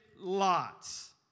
Lots